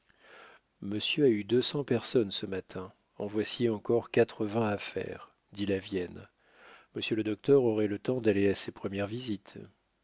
monsieur a eu deux cents personnes ce matin en voici encore quatre-vingts à faire dit lavienne monsieur le docteur aurait le temps d'aller à ses premières visites